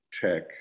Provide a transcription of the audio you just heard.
tech